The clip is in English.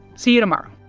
see you tomorrow